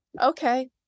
okay